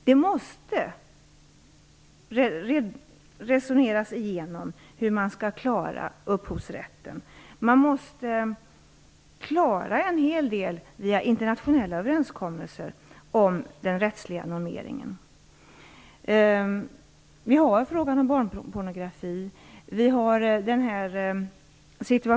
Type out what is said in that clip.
Det måste resoneras igenom hur man skall klara upphovsrätten. Man måste klara en hel del via internationella överenskommelser om den rättsliga normeringen. Se t.ex. på frågan om barnpornografi!